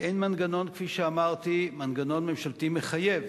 אין מנגנון, כפי שאמרתי, מנגנון ממשלתי מחייב